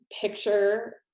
picture